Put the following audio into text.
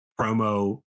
promo